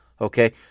Okay